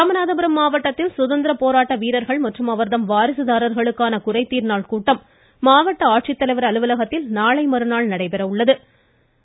ராமநாதபுரம் மாவட்டத்தில் சுதந்திர போராட்ட வீரர்கள் மற்றும் அவர்தம் வாரிசுதாரர்களுக்கான குறைதீர் நாள் கூட்டம் மாவட்ட ஆட்சித்தலைவர் அலுவலகத்தில் நாளை மறுநாள் நடைபெற உள்ளதாக ஆட்சித்தலைவர் திரு